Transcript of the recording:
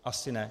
Asi ne.